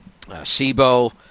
SIBO